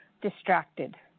distracted